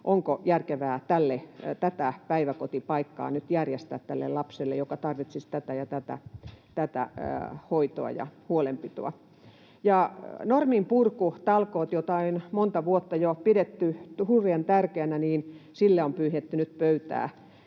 onko järkevää tätä päiväkotipaikkaa nyt järjestää tälle lapselle, joka tarvitsisi tätä ja tätä hoitoa ja huolenpitoa. Ja norminpurkutalkoilla, joita on monta vuotta jo pidetty hurjan tärkeänä, on pyyhitty nyt pöytää.